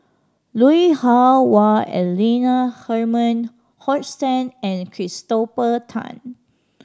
Lui Hah Wah Elena Herman Hochstadt and Christopher Tan